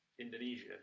Indonesia